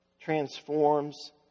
transforms